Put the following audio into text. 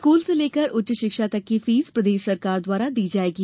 school से लेकर उच्च शिक्षा तक की फीस प्रदेश सरकार द्वारा दी जाएगी